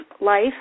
life